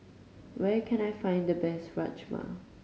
where can I find the best Rajma